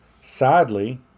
sadly